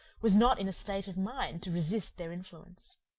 was not in a state of mind to resist their influence.